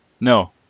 no